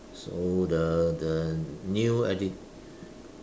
so the the new edu~